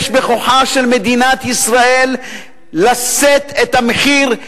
יש בכוחה של מדינת ישראל לשאת את המחיר.